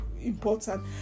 important